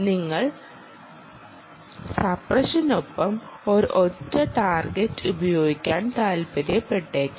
നിങ്ങൾ സപ്പ്രഷനൊപ്പം ഒരൊറ്റ ടാർഗെറ്റ് ഉപയോഗിക്കാൻ താൽപ്പര്യപ്പെട്ടേക്കാം